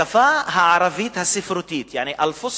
השפה הערבית הספרותית, יעני אל-פוסחה,